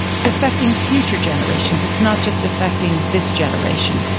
it's affecting future generations, it's not just affecting this generation.